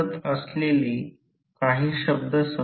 त्या वेळ या ठिकाणी B 0 सापडेल